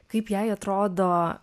kaip jai atrodo